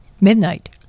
Midnight